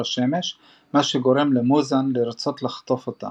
השמש מה שגורם למוזן לרצות לחטוף אותה